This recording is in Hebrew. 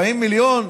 40 מיליון?